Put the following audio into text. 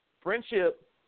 friendship